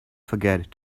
forget